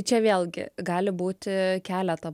čia vėlgi gali būti keleta